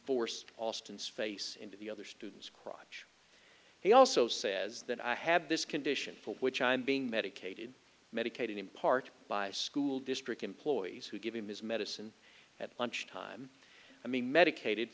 force austins face into the other students crotch he also says that i have this condition for which i'm being medicated medicated in part by a school district employees who give him his medicine at lunch time i mean medicated